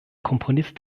komponist